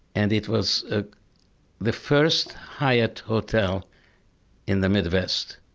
and it was ah the first hyatt hotel in the midwest.